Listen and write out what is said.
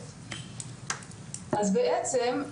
אז בעצם,